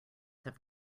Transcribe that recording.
have